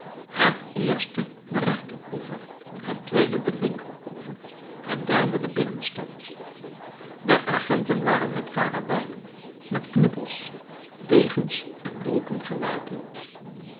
het eerste den rechteroever het tweede den linkeroever het derde de binnenstad de agenten waren met karabijnen met knuppels degens en dolken gewapend